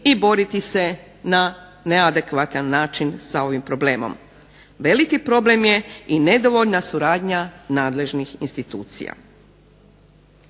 i boriti se na neadekvatan način sa ovim problemom. Veliki problem je nedovoljna suradnja nadležnih institucija.